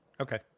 okay